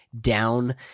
down